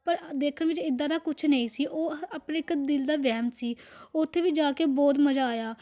ਪਰ ਦੇਖਣ ਵਿੱਚ ਇੱਦਾਂ ਦਾ ਕੁਛ ਨਹੀਂ ਸੀ ਉਹ ਆਪਣੇ ਇੱਕ ਦਿਲ ਦਾ ਵਹਿਮ ਸੀ ਉੱਥੇ ਵੀ ਜਾ ਕੇ ਬਹੁਤ ਮਜ਼ਾ ਆਇਆ